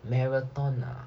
marathon ah